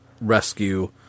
rescue